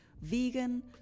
vegan